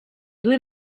due